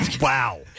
Wow